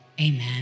amen